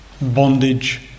Bondage